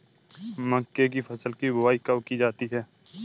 मक्के की फसल की बुआई कब की जाती है?